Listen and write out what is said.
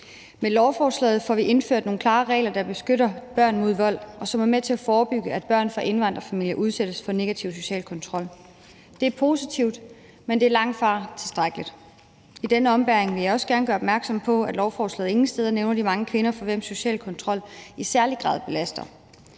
Med lovforslaget får vi indført nogle klare regler, der beskytter børn mod vold, og som er med til at forebygge, at børn fra indvandrerfamilier udsættes for negativ social kontrol. Det er positivt, men det er langtfra tilstrækkeligt. I denne ombæring vil jeg også gerne gøre opmærksom på, at lovforslaget ingen steder nævner de mange kvinder, for hvem social kontrol i særlig grad er